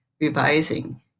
revising